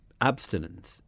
abstinence